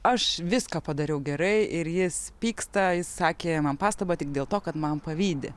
aš viską padariau gerai ir jis pyksta jis sakė man pastabą tik dėl to kad man pavydi